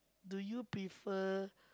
do you prefer